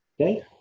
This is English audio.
Okay